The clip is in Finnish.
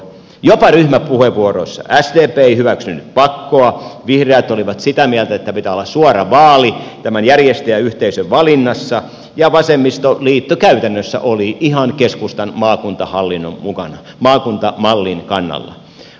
jopa ryhmäpuheenvuoroissa sdp ei hyväksynyt pakkoa vihreät olivat sitä mieltä että pitää olla suora vaali tämän järjestäjäyhteisön valinnassa ja vasemmistoliitto käytännössä oli ihan keskustan maakuntamallin kannalla